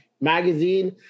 magazine